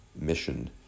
mission